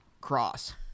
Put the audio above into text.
cross